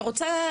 אני רוצה